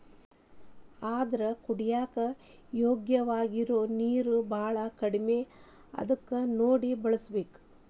ಆದರ ಕುಡಿಯಾಕ ಯೋಗ್ಯವಾಗಿರು ನೇರ ಬಾಳ ಕಡಮಿ ಅದಕ ನೋಡಿ ಬಳಸಬೇಕ